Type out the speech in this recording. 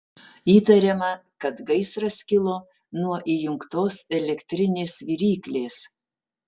įtariama kad gaisras kilo nuo įjungtos elektrinės viryklės